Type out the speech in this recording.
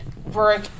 work